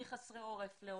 מחסרי עורף לעולים,